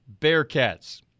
Bearcats